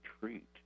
treat